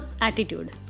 attitude